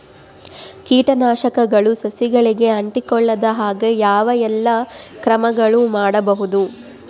ಕೇಟನಾಶಕಗಳು ಸಸಿಗಳಿಗೆ ಅಂಟಿಕೊಳ್ಳದ ಹಾಗೆ ಯಾವ ಎಲ್ಲಾ ಕ್ರಮಗಳು ಮಾಡಬಹುದು?